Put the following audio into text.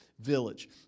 village